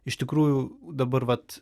iš tikrųjų dabar vat